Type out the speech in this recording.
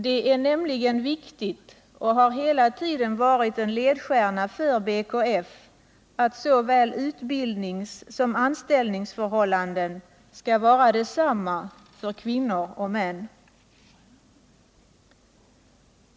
Det är nämligen viktigt — och det har hela tiden varit en ledstjärna för BKF —att såväl utbildningssom anställningsförhållanden skall vara desamma för kvinnor och män.